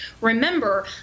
remember